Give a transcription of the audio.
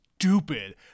Stupid